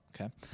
Okay